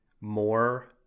more